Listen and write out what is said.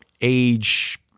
age